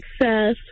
success